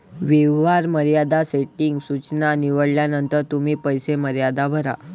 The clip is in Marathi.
व्यवहार मर्यादा सेटिंग सूचना निवडल्यानंतर तुम्ही पैसे मर्यादा भरा